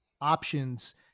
options